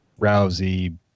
Rousey